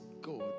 God